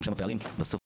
וגם שם פערים תקציבים.